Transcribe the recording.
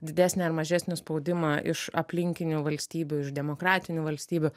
didesnį ar mažesnį spaudimą iš aplinkinių valstybių iš demokratinių valstybių